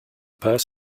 purse